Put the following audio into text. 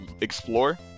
explore